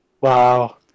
Wow